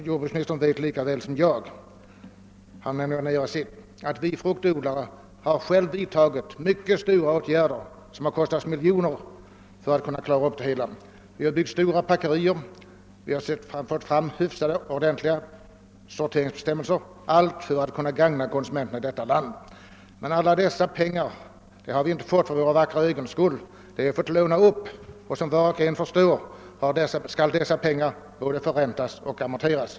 Jordbruksministern vet lika väl som jag att vi fruktodlare vidtagit mycket kraftiga åtgärder, som kostat miljontals kronor, för att klara vår verksamhet. Vi har byggt stora packerier och infört ordentliga sorteringsbestämmelser för att kunna gagna konsumenterna i vårt land. Alla dessa pengar har vi emellertid inte fått för våra vackra ögons skull, utan de har fått lånas upp. Som alla förstår måste dessa medel förräntas och amorteras.